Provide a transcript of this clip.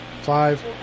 five